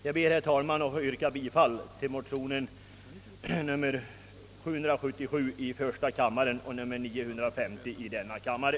Jag ber, herr talman, att få yrka bifall till motion nr 950 i denna kammare.